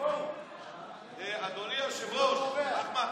אדוני היושב-ראש, אחמד,